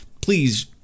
please